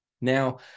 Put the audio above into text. Now